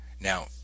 now